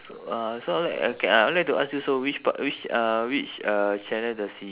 so uh so I'll like okay I would like to ask you so which part which uh which uh channel does he